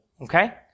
okay